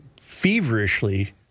feverishly